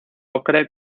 ocre